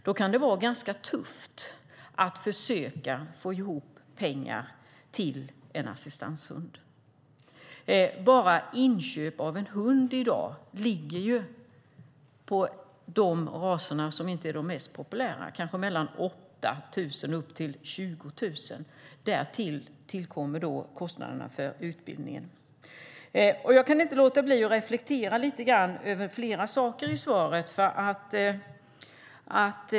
Då kan det vara rätt tufft att försöka få ihop pengar till en assistanshund. Priset på en hund i dag ligger på de raser som inte är de mest populära mellan 8 000 och 20 000. Därtill kommer kostnaderna för utbildningen. Jag kan inte låta bli att reflektera över flera saker i svaret.